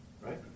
Right